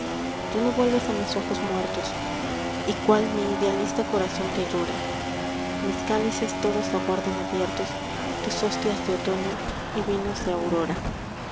ya no vuelves a mis ojos muertos y cuál mi idealista corazón te llora mis cálices todos aguardan abiertos tus hostias de otoño y vinos de aurora